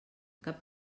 cap